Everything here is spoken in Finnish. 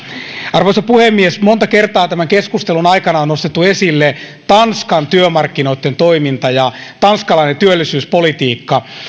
arvoisa puhemies monta kertaa tämän keskustelun aikana on nostettu esille tanskan työmarkkinoitten toiminta ja tanskalainen työllisyyspolitiikka